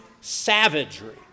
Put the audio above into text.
savagery